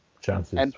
chances